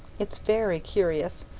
it's very curious.